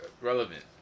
Relevant